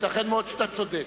ייתכן מאוד שאתה צודק.